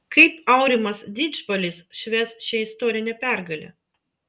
kaip aurimas didžbalis švęs šią istorinę pergalę